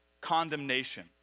condemnation